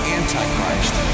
antichrist